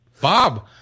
Bob